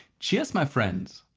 cheers my friends!